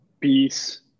peace